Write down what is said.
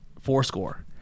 Fourscore